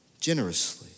Generously